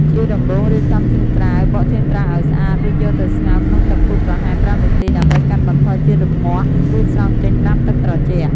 ជាដំបូង រៀបចំធាងត្រាវ បកធាងត្រាវឱ្យស្អាត រួចយកទៅស្ងោរក្នុងទឹកពុះប្រហែល ៥ នាទីដើម្បីកាត់បន្ថយជាតិរមាស់ រួចស្រង់ចេញត្រាំទឹកត្រជាក់។